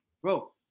Bro